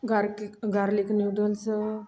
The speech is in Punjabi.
ਗਾਰਕੀ ਗਾਰਲਿਕ ਨੂਡਲਜ਼